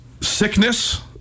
Sickness